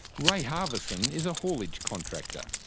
ray harvison is a haulage contractor.